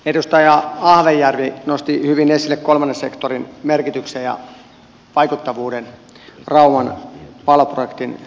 edustaja ahvenjärvi nosti hyvin esille kolmannen sektorin merkityksen ja vaikuttavuuden rauman valo projektin osalta